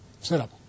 setup